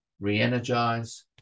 re-energize